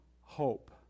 hope